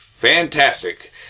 Fantastic